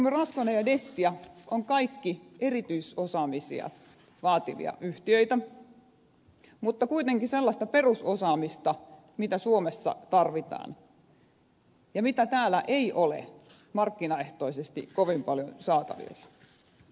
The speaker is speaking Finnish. labtium raskone ja destia ovat kaikki erityisosaamista vaativia yhtiöitä mutta kuitenkin sellaista perusosaamista mitä suomessa tarvitaan ja mitä täällä ei ole markkinaehtoisesti kovin paljon saatavilla ja olemassa